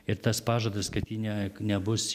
ir tas pažadas kad ji ne nebus